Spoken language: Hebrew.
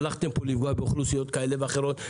שהלכתם פה לפגוע באוכלוסיות כאלה ואחרות,